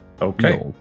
Okay